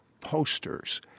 posters